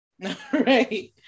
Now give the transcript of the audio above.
Right